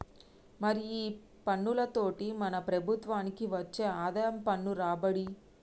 మరి ఈ పన్నులతోటి మన ప్రభుత్వనికి వచ్చే ఆదాయం పన్ను రాబడి